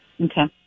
Okay